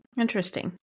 Interesting